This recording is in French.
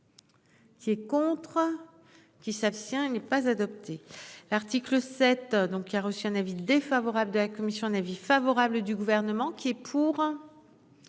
Qui est contre. Qui s'abstient. Il n'est pas adopté l'article 7. Donc il a reçu un avis défavorable de la commission un avis favorable du gouvernement qui est pour.